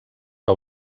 que